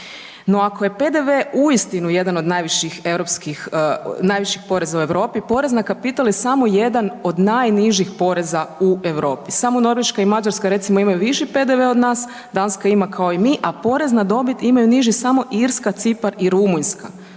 no ako je PDV uistinu jedan od najviših poreza u Europi, poreza na kapital je samo jedan od najnižih poreza u Europi, samo Norveška i Mađarska recimo imaju viši PDV od nas, Danska ima kao i mi a porez na dobit imaju niži samo Irska, Cipar i Rumunjska.